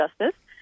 justice